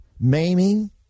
maiming